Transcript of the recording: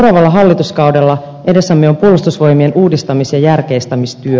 seuraavalla hallituskaudella edessämme on puolustusvoimien uudistamis ja järkeistämistyö